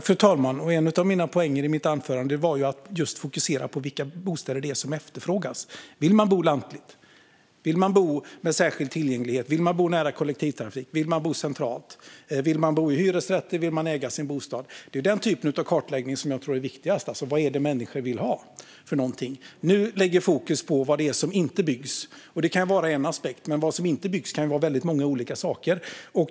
Fru talman! En av poängerna i mitt anförande var just att man ska fokusera på vilka bostäder det är som efterfrågas. Vill människor bo lantligt? Vill människor bo med särskild tillgänglighet? Vill människor bo nära kollektivtrafik? Vill människor bo i hyresrätt eller äga sin bostad? Det är den typen av kartläggning jag tror är viktigast, det vill säga av vad människor vill ha. Nu ligger fokus på vad som inte byggs, och det kan vara en aspekt - men vad som inte byggs kan vara väldigt många olika saker.